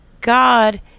God